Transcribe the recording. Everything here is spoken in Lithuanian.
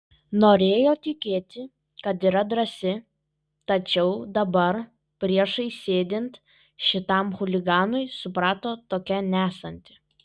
norėjo tikėti kad yra drąsi tačiau dabar priešais sėdint šitam chuliganui suprato tokia nesanti